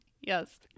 Yes